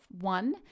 One